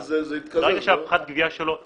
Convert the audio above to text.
ברגע שפחת הגבייה שלו יירד,